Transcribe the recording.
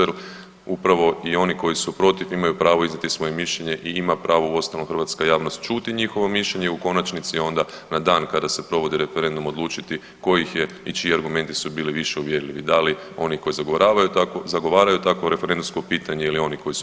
Jer upravo i on koji su protiv imaju pravo iznijeti svoje mišljenje i ima pravo uostalom hrvatska javnost čuti njihovo mišljenje i u konačnici onda na dan kada se provodi referendum odlučiti tko ih je i čiji argumenti su bili više uvjerljivi da li oni koji zagovaraju takvo referendumsko pitanje ili oni koji su